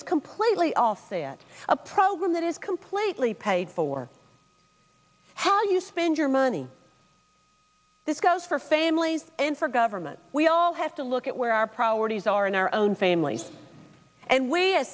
is completely offset a program that is completely paid for how you spend your money this goes for families and for government we all have to look at where our priorities are in our own families and we